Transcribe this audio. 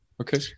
okay